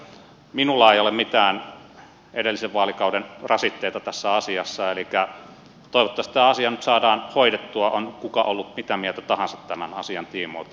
minulla ei ole mitään edellisen vaalikauden rasitteita tässä asiassa elikkä toivottavasti tämä asia nyt saadaan hoidettua on tämän asian tiimoilta oltu mitä mieltä tahansa